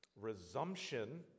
Resumption